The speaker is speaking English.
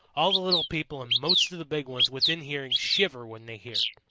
all the little people and most of the big ones within hearing shiver when they hear it.